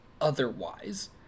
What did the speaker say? otherwise